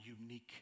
unique